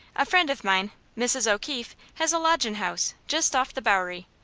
a friend of mine, mrs. o'keefe, has a lodgin' house, just off the bowery.